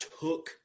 took